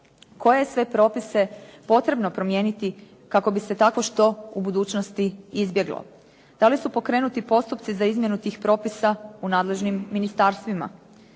Koje je sve propise potrebno promijeniti kako bi se takvo što u budućnosti izbjeglo? Da li su pokrenuti postupci za izmjenu tih propisa u nadležnim ministarstvima?